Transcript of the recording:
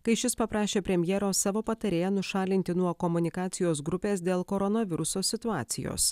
kai šis paprašė premjero savo patarėją nušalinti nuo komunikacijos grupės dėl koronaviruso situacijos